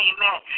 Amen